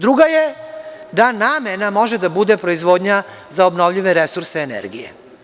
Druga je, da namena može da bude proizvodnja za obnovljive resurse energije.